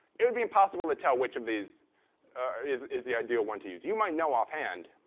it would be impossible to tell which of these is is the ideal one to use. you might know offhand,